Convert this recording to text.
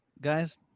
guys